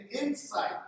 insight